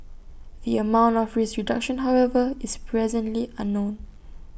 the amount of risk reduction however is presently unknown